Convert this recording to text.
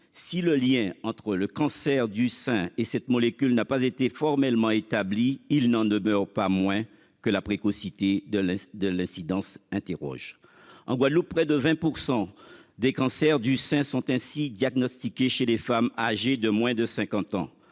si le lien entre le cancer du sein et cette molécule, n'a pas été formellement établi. Il n'en demeure pas moins que la précocité de de l'incidence interroge en Guadeloupe, près de 20% des cancers du sein sont ainsi diagnostiqué chez les femmes âgées de moins de 50 ans